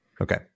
okay